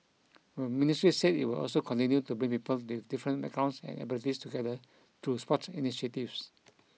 the ministry said it will also continue to bring people with different backgrounds and abilities together through sports initiatives